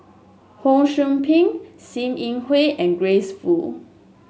Ho Sou Ping Sim Yi Hui and Grace Fu